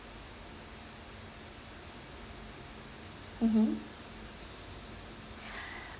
mmhmm